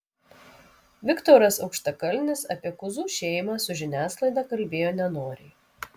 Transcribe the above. viktoras aukštakalnis apie kuzų šeimą su žiniasklaida kalbėjo nenoriai